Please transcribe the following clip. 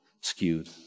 skewed